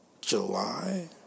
July